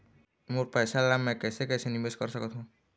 मोर पैसा ला मैं कैसे कैसे निवेश कर सकत हो?